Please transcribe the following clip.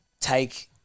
take